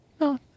No